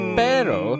pero